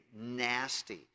nasty